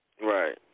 Right